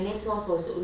ya I know